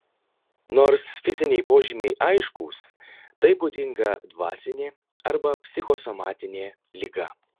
nors fiziniai požymiai aiškūs tai būdinga dvasinė arba psichosomatinė liga